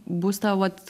bus ta vat